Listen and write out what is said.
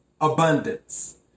abundance